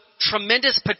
tremendous